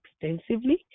extensively